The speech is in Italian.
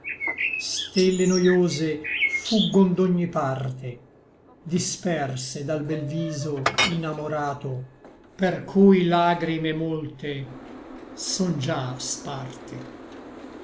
stelle noiose fuggon d'ogni parte disperse dal bel viso inamorato per cui lagrime molte son già sparte